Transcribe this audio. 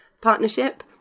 partnership